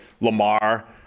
Lamar –